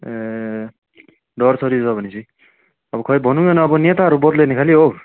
ए डरसरि छ भने पछि अब खै भनु वा नभनौँ अब नेताहरू बद्लियो भने खालि हो